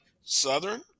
Southern